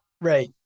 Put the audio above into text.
Right